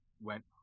went –